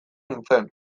nintzen